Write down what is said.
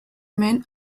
men